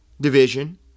division